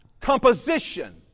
composition